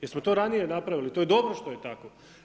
Jer smo to ranije napravili, to je dobro što je tako.